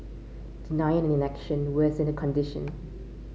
denial and inaction worsened condition